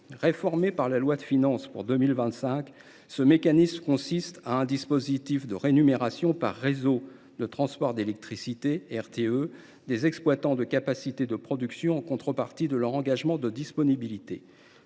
Réformé par la loi de finances pour 2025, ce mécanisme consiste en un dispositif de rémunération, par Réseau de transport d’électricité (RTE), des exploitants de capacités de production en contrepartie de leur engagement de disponibilité.